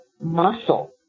muscle